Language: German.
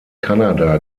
kanada